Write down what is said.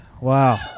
Wow